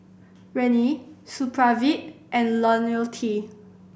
Rene Supravit and Lonil T